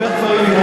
ממך כבר,